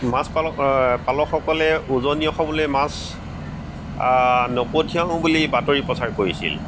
মাছ পালক পালকসকলে উজনি অসমলৈ মাছ আ নপঠিয়াও বুলি বাতৰি প্ৰচাৰ কৰিছিল